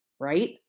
right